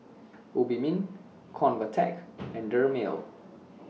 Obimin Convatec and Dermale